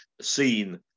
seen